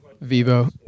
Vivo